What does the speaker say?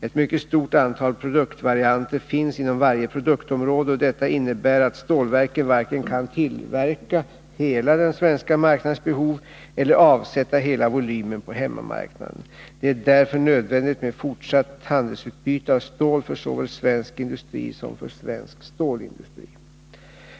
Ett mycket stort antal produktvarianter finns inom varje produktområde, och detta innebär att stålverken varken kan tillverka hela den svenska marknadens behov eller avsätta hela volymen på hemmamarknaden. Det är därför nödvändigt med fortsatt handelsutbyte av stål såväl för svensk industri som för svensk stålindustri.